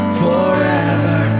forever